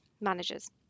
managers